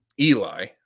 Eli